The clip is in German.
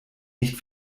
nicht